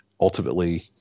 ultimately